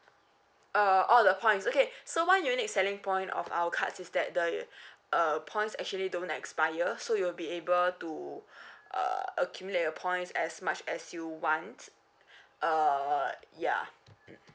uh all the points okay so one unique selling point of our cards is that the uh points actually don't expire so you'll be able to uh accumulate your points as much as you want err yeah mm